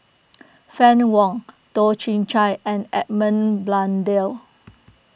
Fann Wong Toh Chin Chye and Edmund Blundell